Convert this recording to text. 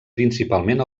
principalment